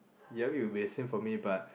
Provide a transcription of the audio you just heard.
ya it will be the same for me but